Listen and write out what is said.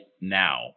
Now